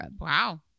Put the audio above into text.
Wow